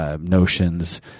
notions